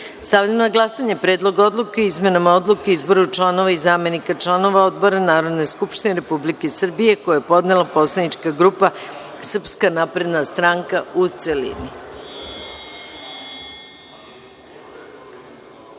odluke. Stavljam na glasanje Predlog odluke o izmenama Odluke o izboru članova i zamenika članova odbora Narodne skupštine Republike Srbije, koji je podnela poslanička grupa Srpska napredna stranka, u celini. Molim